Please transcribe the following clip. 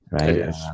right